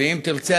ואם תרצה,